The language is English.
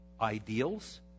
ideals